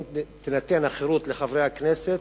אם תינתן החירות לחברי הכנסת,